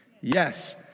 yes